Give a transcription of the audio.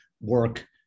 work